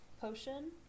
potion